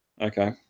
Okay